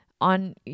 on